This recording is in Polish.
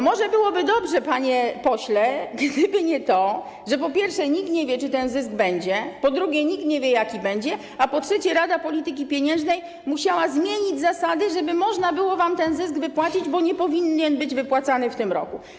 Może byłoby dobrze, panie pośle, gdyby nie to, że po pierwsze, nikt nie wie, czy ten zysk będzie, po drugie, nikt nie wie, jaki będzie, a po trzecie, Rada Polityki Pieniężnej musiała zmienić zasady, żeby można było wam ten zysk wypłacić, bo nie powinien być wypłacany w tym roku.